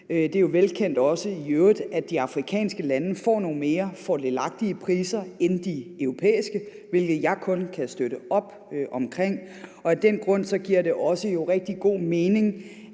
Det er i øvrigt også velkendt, at de afrikanske lande får nogle mere fordelagtige priser end de europæiske, hvilket jeg kun kan støtte op om. Af den grund giver det også rigtig god mening,